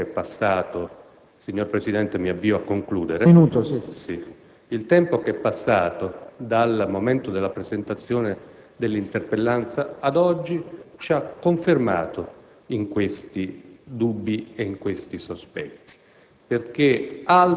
signor Presidente, dal momento della presentazione dell'interpellanza ad oggi ci ha confermato in questi dubbi e in questi sospetti.